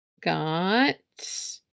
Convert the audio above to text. got